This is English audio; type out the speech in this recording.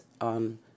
on